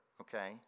okay